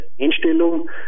Einstellung